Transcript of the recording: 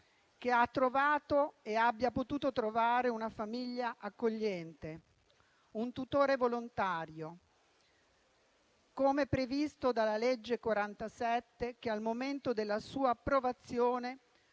che ha trovato e abbia potuto trovare una famiglia accogliente, un tutore volontario, come previsto dalla legge n. 47 del 2017, che al momento della sua approvazione